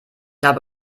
habe